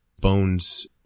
Bones